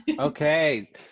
Okay